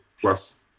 plus